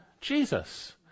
Jesus